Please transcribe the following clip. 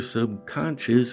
subconscious